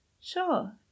Sure